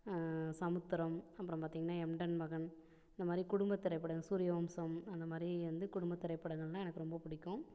சமுத்திரம் அப்புறம் பார்த்தீங்கன்னா எம்டன் மகன் இந்த மாதிரி குடும்ப திரைப்படம் சூரியவம்சம் அந்த மாதிரி வந்து குடும்ப திரைப்படங்கள்னா எனக்கு ரொம்ப பிடிக்கும்